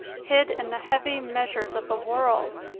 hid in the heavy meas ures of the world,